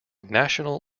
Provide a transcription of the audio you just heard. national